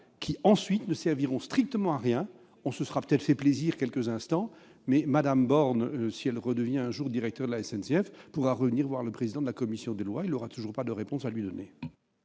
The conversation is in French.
qui, ensuite, ne serviront strictement à rien. On se sera peut-être fait plaisir quelques instants, mais Mme Borne, si elle est un jour de nouveau directrice de la SNCF, pourra revenir voir le président de la commission des lois, qui n'aura toujours pas de bonne réponse à lui donner.